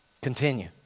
Continue